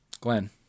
Glenn